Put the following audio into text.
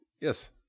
yes